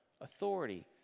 authority